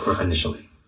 initially